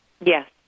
Yes